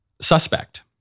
suspect